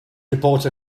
report